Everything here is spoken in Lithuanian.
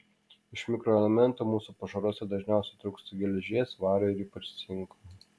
iš mikroelementų mūsų pašaruose dažniausiai trūksta geležies vario ir ypač cinko